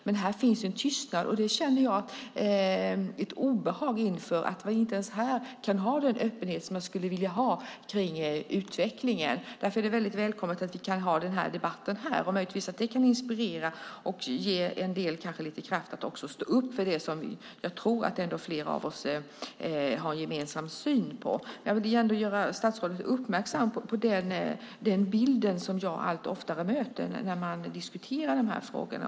Men här finns en tystnad, och jag känner ett obehag inför att vi inte ens här kan ha den öppenhet som jag skulle vilja ha när det gäller utvecklingen. Därför är det välkommet att vi kan föra debatten här. Möjligtvis kan det inspirera och ge en del lite kraft att stå upp för det som jag tror att flera av oss har en gemensam syn på. Jag vill göra statsrådet uppmärksam på den bild som jag allt oftare möter när man diskuterar frågorna.